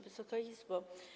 Wysoka Izbo!